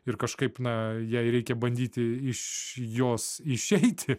ir kažkaip na jai reikia bandyti iš jos išeiti